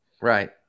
Right